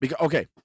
Okay